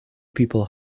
people